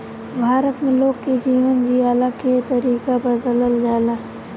भारत में लोग के जीवन जियला के तरीका बदलल जाला